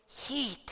heat